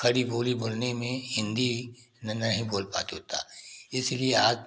खड़ी बोली बोलने में हिन्दी न नहीं बोल पा रहे उतना इसलिए आज